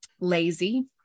lazy